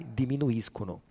diminuiscono